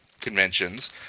conventions